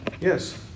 Yes